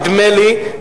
נדמה לי,